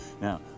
Now